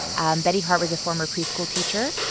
and betty hart was a former preschool teacher,